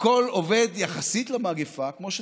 הכול עובד, יחסית למגפה, כמו שצריך.